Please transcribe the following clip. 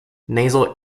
nasal